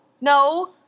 no